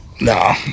Nah